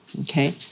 okay